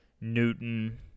Newton